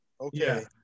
okay